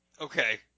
Okay